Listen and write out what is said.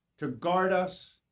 to guard us,